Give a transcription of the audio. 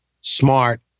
smart